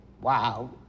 Wow